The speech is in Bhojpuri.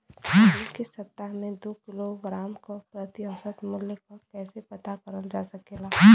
आलू के सप्ताह में दो किलोग्राम क प्रति औसत मूल्य क कैसे पता करल जा सकेला?